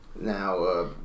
now